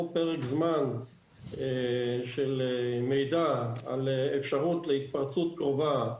פרק זמן של מידע על אפשרות להתפרצות קרובה,